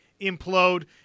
implode